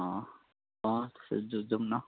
अँ अँ त्यसो भए जु जाउँ न